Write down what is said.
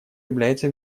является